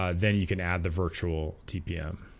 ah then you can add the virtual tpm